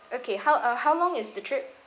okay how uh how long is the trip